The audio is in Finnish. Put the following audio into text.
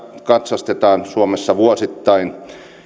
katsastetaan suomessa vuosittain